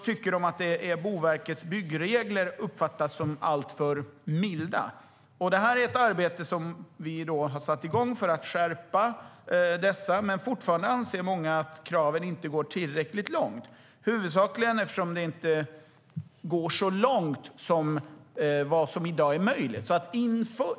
De uppfattar Boverkets byggregler som alltför milda. Vi har satt igång ett arbete för att skärpa dessa, men fortfarande anser många att kraven inte går tillräckligt långt, huvudsakligen eftersom de inte går så långt som vad som i dag är möjligt.